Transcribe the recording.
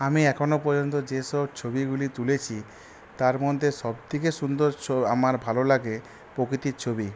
আমি এখনও পর্যন্ত যেসব ছবিগুলি তুলেছি তার মধ্যে সবথেকে সুন্দর আমার ভালো লাগে প্রকৃতির ছবি